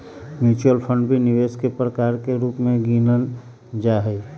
mutual fund भी निवेश के प्रकार के रूप में गिनल जाहई